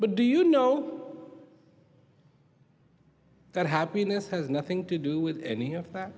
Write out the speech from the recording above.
but do you know that happiness has nothing to do with any of that